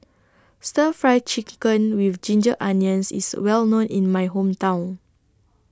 Stir Fry Chicken with Ginger Onions IS Well known in My Hometown